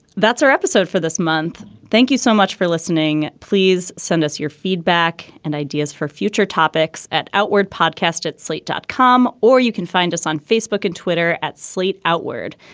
that's our episode for this month. thank you so much for listening. please send us your feedback and ideas for future topics at outward podcast at slate dot com, or you can find us on facebook and twitter at slate outward.